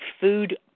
food